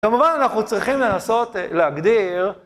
כמובן, אנחנו צריכים לנסות להגדיר.